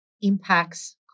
impacts